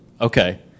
okay